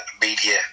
media